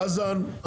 חזן,